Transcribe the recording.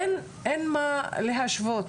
אין מה להשוות.